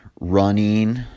running